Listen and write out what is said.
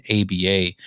ABA